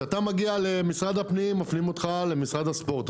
כשאתה מגיע למשרד הפנים מפנים אותך למשרד הספורט,